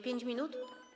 5 minut?